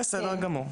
בסדר גמור.